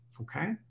okay